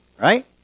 Right